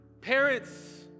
Parents